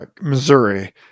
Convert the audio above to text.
Missouri